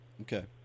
okay